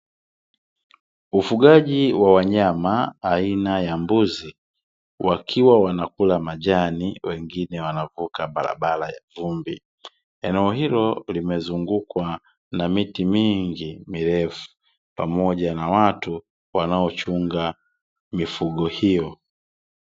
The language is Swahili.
Ufugaji wa wanyama aina ya mbuzi wakiwa wanakula majani wengine wanavuka barabara ya vumbi, eneo hilo limezungukwa na miti mingi mirefu pamoja na watu wanaochunga mifugo hiyo.